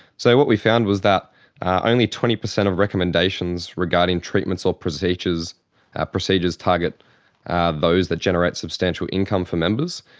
so what we found was that only twenty percent of recommendations regarding treatments or procedures ah procedures target those that generate substantial income for members,